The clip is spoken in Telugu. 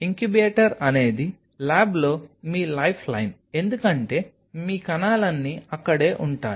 ఇంక్యుబేటర్ అనేది ల్యాబ్లో మీ లైఫ్ లైన్ ఎందుకంటే మీ కణాలన్నీ అక్కడే ఉంటాయి